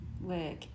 work